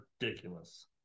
ridiculous